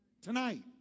tonight